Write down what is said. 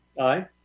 aye